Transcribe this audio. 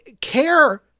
care